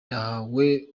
yahawe